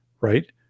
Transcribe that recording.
right